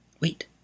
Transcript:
Wait